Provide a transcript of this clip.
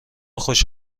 خوش